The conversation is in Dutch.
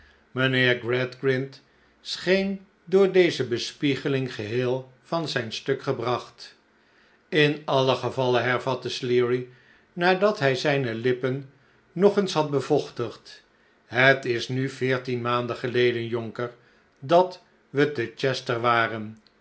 mijnheer gradgrind scheen door deze bespiegeling geheel van zijn stuk gebracht in alien gevalle hervatte sleary nadat hij zijne lippen nog eens had bevochtigd het is nu veertien maanden geleden jonker dat we te chester waren